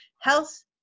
Health